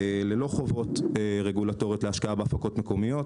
ללא חובות רגולטוריות להשקעה בהפקות מקומיות